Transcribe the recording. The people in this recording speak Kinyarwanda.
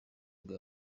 nibwo